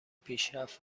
پیشرفت